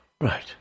right